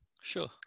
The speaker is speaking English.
Sure